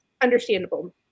understandable